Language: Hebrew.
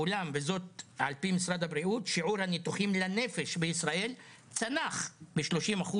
אולם וזאת על פי משרד הבריאות שיעור הניתוחים לנפש בישראל צנח בכ-30%